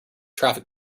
traffic